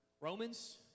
Romans